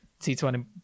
T20